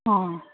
অঁ